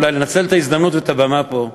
אולי לנצל את ההזדמנות ואת הבמה פה,